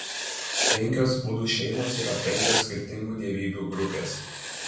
penkios budų šeimos yra penkios skirtingų dievybių grupės